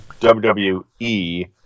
WWE